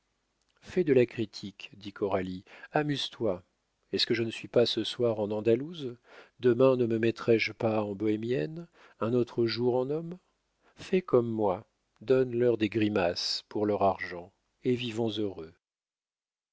fais de la critique dit coralie amuse-toi est-ce que je ne suis pas ce soir en andalouse demain ne me mettrai-je pas en bohémienne un autre jour en homme fais comme moi donne-leur des grimaces pour leur argent et vivons heureux